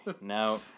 Now